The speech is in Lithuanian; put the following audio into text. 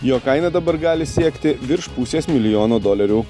jo kaina dabar gali siekti virš pusės milijono dolerių